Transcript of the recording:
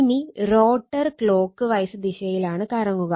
ഇനി റോട്ടർ കറങ്ങുക